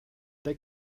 they